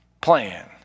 plan